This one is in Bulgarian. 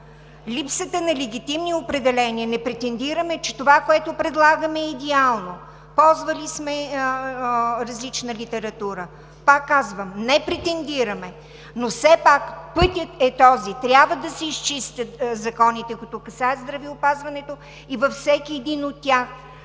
липсата на легитимни определения – не претендираме, че това, което предлагаме, е идеално, ползвали сме различна литература, пак казвам, не претендираме, но пътят е този – трябва да се изчистят законите, които касаят здравеопазването и във всеки един от тях